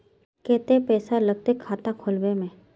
केते पैसा लगते खाता खुलबे में?